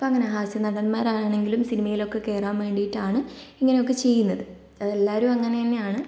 ഇപ്പം അങ്ങന ഹാസ്യ നടന്മാരാണെങ്കിലും സിനിമയിലൊക്കെ കയറാൻ വേണ്ടിയിട്ടാണ് ഇങ്ങനെയൊക്കെ ചെയ്യുന്നത് അത് എല്ലാവരും അങ്ങനെ തന്നെയാണ്